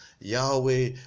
Yahweh